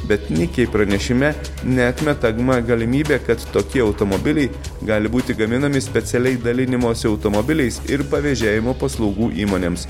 bet nykiai pranešime neatmetagma galimybė kad tokie automobiliai gali būti gaminami specialiai dalinimosi automobiliais ir pavėžėjimo paslaugų įmonėms